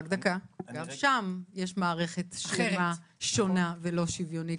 שגם שם יש מערכת שלמה שונה ולא שוויונית